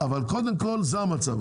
אבל קודם כל זה המצב,